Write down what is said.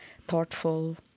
Thoughtful